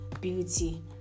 beauty